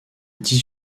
dix